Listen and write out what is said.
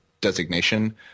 designation